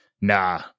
Nah